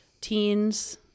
teens